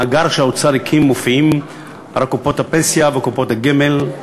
במאגר שהאוצר הקים מופיעות קופות הפנסיה וקופות הגמל,